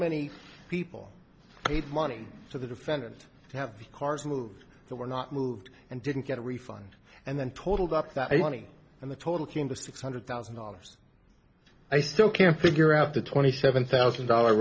many people paid money to the defendant to have the cars move they were not moved and didn't get a refund and then totaled up that money and the total came to six hundred thousand dollars i still can't figure out the twenty seven thousand dollar